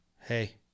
hey